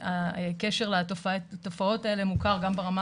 והקשר לתופעות האלה מוכר גם ברמה